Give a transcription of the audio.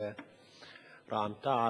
רע"ם-תע"ל,